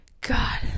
God